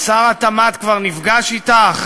שר התמ"ת כבר נפגש אתך?